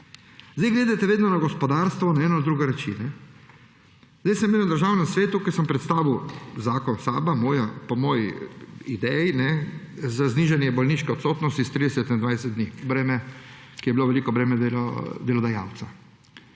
Sedaj gledate vedno na gospodarstvo, ne na druge reči. Jaz sem bil na Državnem svetu, ko sem predstavil zakon SAB po moji ideji z znižanjem bolniške odsotnosti s 30 na 20 dni, ki je bilo veliko breme dodajalca.